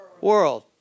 world